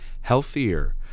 healthier